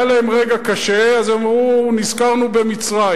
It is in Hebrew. היה להם רגע קשה, אז הם אמרו: נזכרנו במצרים.